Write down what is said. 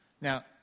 now